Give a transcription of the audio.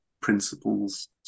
principles